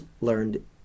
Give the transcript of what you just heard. learned